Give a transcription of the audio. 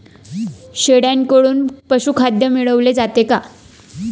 शेळ्यांकडून पशुखाद्य मिळवले जाते का?